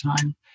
time